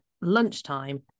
lunchtime